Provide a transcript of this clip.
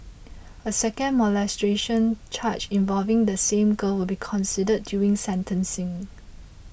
a second molestation charge involving the same girl will be considered during sentencing